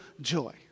joy